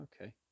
okay